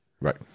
right